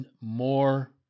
more